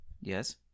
Yes